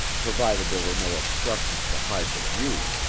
provided there were no obstructions to hide the view.